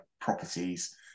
properties